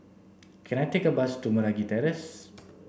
can I take a bus to Meragi Terrace